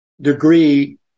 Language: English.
degree